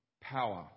power